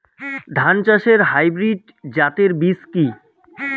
ধান চাষের হাইব্রিড জাতের বীজ কি?